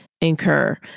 incur